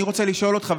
אני רוצה לשאול אותך,